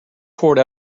poured